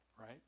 right